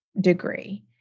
degree